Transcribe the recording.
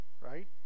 right